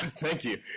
thank you.